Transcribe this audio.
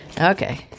Okay